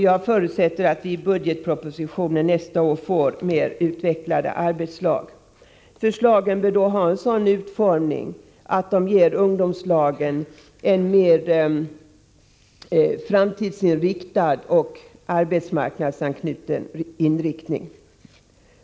Jag förutsätter att vi i budgetpropositionen nästa år får förslag till mer utvecklade arbetslag. Förslagen bör då ha en sådan utformning att de ger ungdomslagen en mer framtidsbetonad och arbetsmarknadsanknuten inriktning.